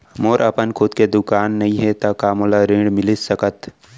मोर अपन खुद के दुकान नई हे त का मोला ऋण मिलिस सकत?